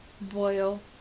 boil